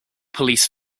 police